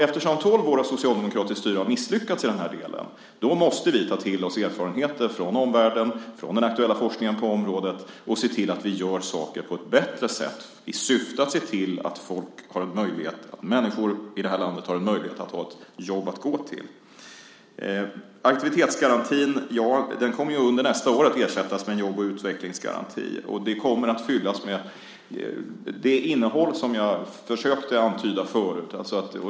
Eftersom tolv år av socialdemokratiskt styre har misslyckats i den här delen måste vi ta till oss erfarenheter från omvärlden, från den aktuella forskningen på området, och se till att göra saker på ett bättre sätt. Syftet är att se till att människor i det här landet har en möjlighet att ha ett jobb att gå till. Aktivitetsgarantin kommer under nästa år att ersättas med en jobb och utvecklingsgaranti. Den kommer att fyllas med det innehåll som jag försökte antyda förut.